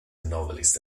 novelist